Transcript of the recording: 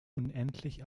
unendlich